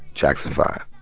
jackson five,